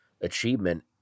achievement